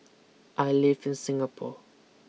I live in Singapore